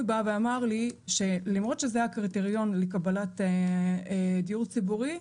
בא ואמר לי שלמרות שזה הקריטריון לקבלת דיור ציבורי,